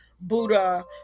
Buddha